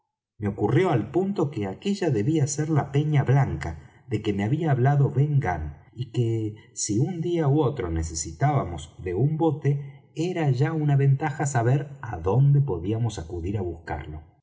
me ocurrió al punto que aquella debía ser la peña blanca de que me había hablado ben gunn y que si un día ú otro necesitábamos de un bote era ya una ventaja saber á donde podíamos acudir á buscarlo